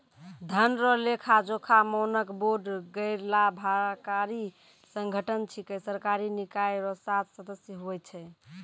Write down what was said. धन रो लेखाजोखा मानक बोर्ड गैरलाभकारी संगठन छिकै सरकारी निकाय रो सात सदस्य हुवै छै